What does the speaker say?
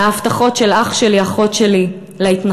על ההבטחות של אח שלי אחות שלי להתנחלויות?